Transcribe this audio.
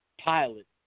pilot